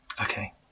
okay